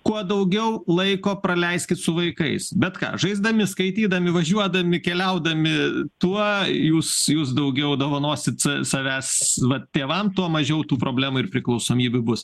kuo daugiau laiko praleiskit su vaikais bet ką žaisdami skaitydami važiuodami keliaudami tuo jūs jūs daugiau dovanosit savęs vat tėvam tuo mažiau tų problemų ir priklausomybių bus